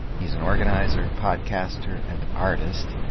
he's an organizer, podcaster, and artist.